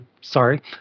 sorry